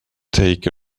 take